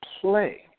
play